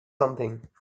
something